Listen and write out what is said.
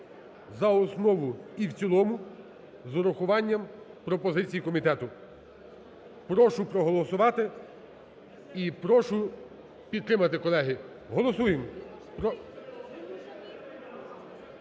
за основу і в цілому з урахуванням пропозицій комітету. Прошу проголосувати і прошу підтримати, колеги, голосуємо.